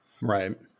Right